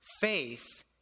faith